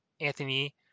Anthony